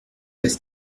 passe